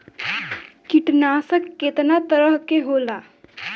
कीटनाशक केतना तरह के होला?